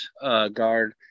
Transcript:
guard